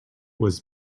was